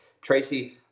Tracy